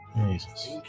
Jesus